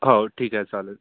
हो ठीक आहे चालेल